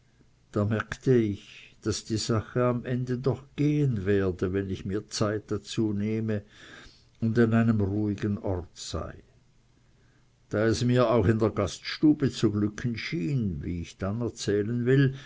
da merkte ich daß die sache am ende doch gehen werde wenn ich mir zeit dazu nehme und an einem ruhigen ort sei da es mir auch in der gaststube zu glücken schien wie ich dann erzählen will